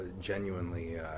Genuinely